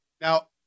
now